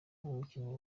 n’umukinnyi